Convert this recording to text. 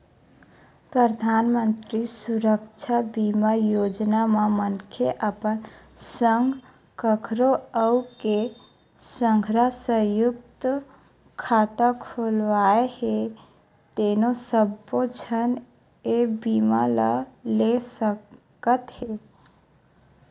परधानमंतरी सुरक्छा बीमा योजना म मनखे अपन संग कखरो अउ के संघरा संयुक्त खाता खोलवाए हे तेनो सब्बो झन ए बीमा ल ले सकत हे